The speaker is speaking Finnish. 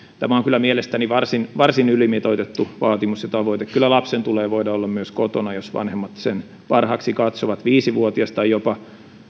tämä on kyllä mielestäni varsin varsin ylimitoitettu vaatimus ja tavoite kyllä lapsen tulee voida olla myös kotona jos vanhemmat sen parhaaksi katsovat viisivuotiaan tai jopa